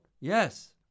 yes